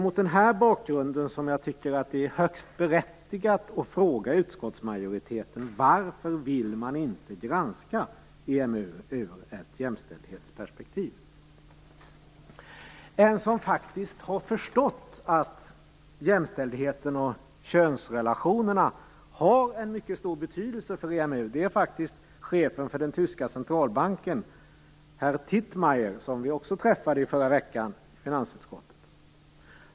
Mot den här bakgrunden anser jag att det är högst berättigat att fråga utskottsmajoriteten varför man inte vill granska EMU ur ett jämställdhetsperspektiv. En som faktiskt har förstått att jämställdheten och könsrelationerna har en mycket stor betydelse för Tietmeyer. Honom träffade vi i finansutskottet förra veckan.